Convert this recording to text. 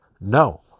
No